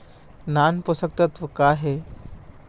नान पोषकतत्व का हे?